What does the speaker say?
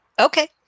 Okay